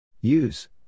use